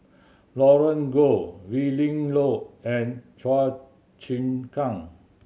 Roland Goh Willin Low and Chua Chim Kang